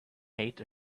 hate